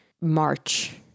March